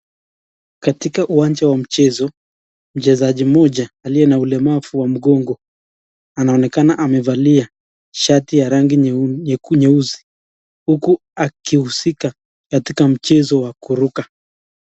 Katika uwanja wa mchezo, mchezaji mmoja aliye na ulemavu wa mgongo anaonekana amevalia shati ya rangi nyeusi huku akihusika katika mchezo wa kuruka.